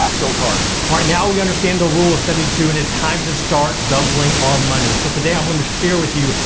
ah go cards. right now we understand the rule of seventy two and is time to start doubling our money. so today i wanted to share with you,